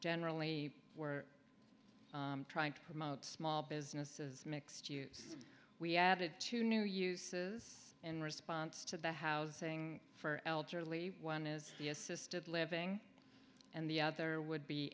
generally we're trying to promote small businesses mixed use we added two new uses in response to the housing for elderly one is the assisted living and the other would be